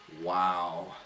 Wow